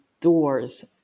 doors